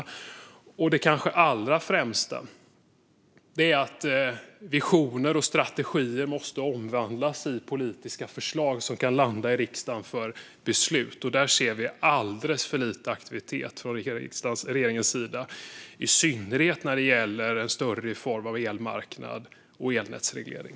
Det tredje och kanske allra främsta är att visioner och strategier måste omvandlas i politiska förslag som kan landa i riksdagen för beslut. Där ser vi alldeles för lite aktivitet från regeringens sida, i synnerhet när det gäller en större reform av elmarknad och elnätsreglering.